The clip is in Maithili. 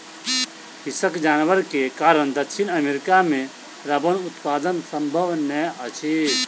हिंसक जानवर के कारण दक्षिण अमेरिका मे रबड़ उत्पादन संभव नै अछि